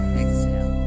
exhale